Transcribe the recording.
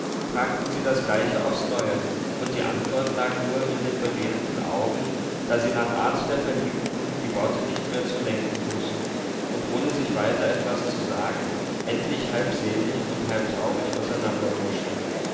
fragten sie das gleiche aufs neue und die antwort lag nur in den beredten augen da sie nach art der verliebten die worte nicht mehr zu lenken wußten und ohne sich weiter etwas zu sagen endlich halb selig und halb traurig